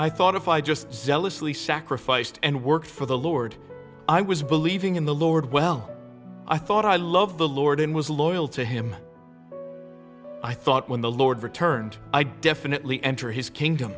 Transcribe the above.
i thought if i just zealously sacrificed and worked for the lord i was believing in the lord well i thought i love the lord and was loyal to him i thought when the lord returned i definitely enter his kingdom